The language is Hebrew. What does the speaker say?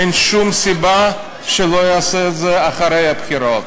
אין שום סיבה שלא יעשה את זה אחרי הבחירות.